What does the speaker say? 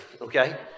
Okay